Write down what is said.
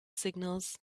signals